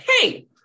Hey